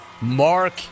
Mark